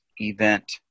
event